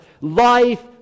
life